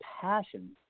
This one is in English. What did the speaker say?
passion